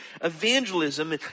evangelism